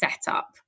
setup